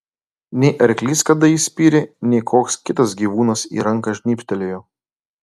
nei arklys kada įspyrė nei koks kitas gyvūnas į ranką žnybtelėjo